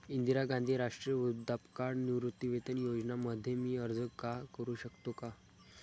इंदिरा गांधी राष्ट्रीय वृद्धापकाळ निवृत्तीवेतन योजना मध्ये मी अर्ज का करू शकतो का?